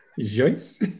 Joyce